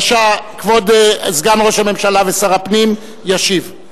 בבקשה, כבוד סגן ראש הממשלה ושר הפנים ישיב.